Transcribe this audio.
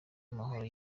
amahoro